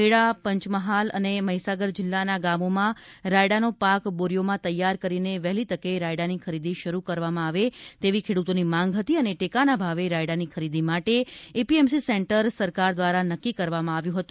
ખેડા અને પંચમહાલ અને મહીસાગર જિલ્લાના ગામોમાં રાયડાનો પાક બોરીઓમાં તેયાર કરીને વહેલી તકે રાયડા ની ખરીદી શરૂ કરવામાં આવે તેવી ખેડૂતો ની માંગ હતી અને ટેકાના ભાવે રાયડા ની ખરીદી માટે એપીએમસી સેન્ટર સરકાર દ્વારા નક્કી કરવામાં આવ્યો હતો